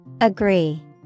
Agree